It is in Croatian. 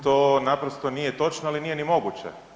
To naprosto nije točno, ali nije ni moguće.